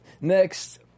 Next